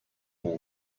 all